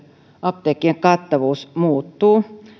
apteekkien kattavuus muuttuu